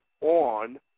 on